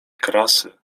krasy